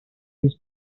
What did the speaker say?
this